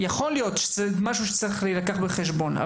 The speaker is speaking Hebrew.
יכול להיות שזה משהו שצריך להילקח בחשבון.